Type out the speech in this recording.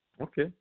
Okay